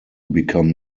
become